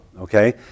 okay